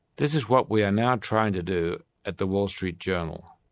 this is what we are now trying to do at the wall street journal.